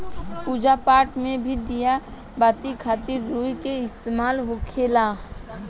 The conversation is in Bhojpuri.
पूजा पाठ मे भी दिया बाती खातिर रुई के इस्तेमाल होखेला